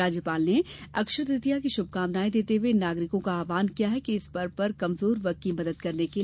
राज्यपाल ने अक्षय तृतीया की शुभकामनाएँ देते हए नागरिकों का आहवान किया कि इस पर्व पर कमजोर वर्ग की मदद के लिये आगे आएँ